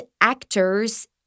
actors